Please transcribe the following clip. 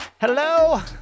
Hello